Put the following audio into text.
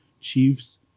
Chiefs